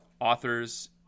authors